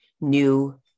new